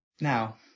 Now